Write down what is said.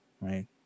Right